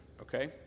okay